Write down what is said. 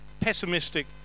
pessimistic